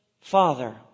Father